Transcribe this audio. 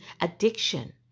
Addiction